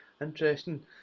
Interesting